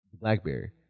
BlackBerry